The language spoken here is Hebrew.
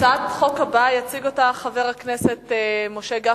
את הצעת החוק הבאה יציג חבר הכנסת משה גפני,